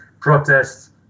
protests